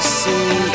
see